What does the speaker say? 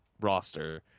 roster